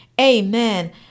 Amen